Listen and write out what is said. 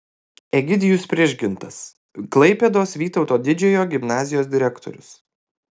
egidijus prižgintas klaipėdos vytauto didžiojo gimnazijos direktorius